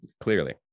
clearly